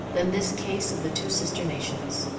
than this case of the two sister nations.